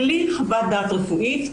בלי חוות דעת רפואית,